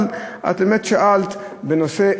אבל את באמת שאלת בנושא,